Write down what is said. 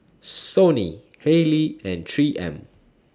Sony Haylee and three M